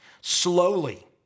Slowly